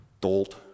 dolt